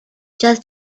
just